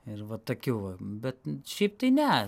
ir va tokių va bet šiaip tai ne